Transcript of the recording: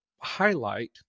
highlight